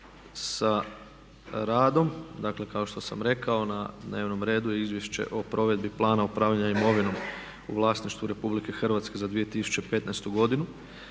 na glasovanje sljedeći zaključak: „Ne prihvaća se izvješće o provedbi Plana upravljanja imovinom u vlasništvu Republike Hrvatske za 2015. godinu“.